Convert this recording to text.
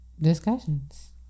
discussions